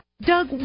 Doug